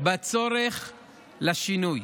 בצורך לשינוי.